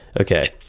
okay